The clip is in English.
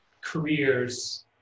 careers